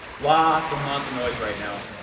lots and lots of noise right now.